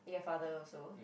your father also